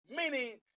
meaning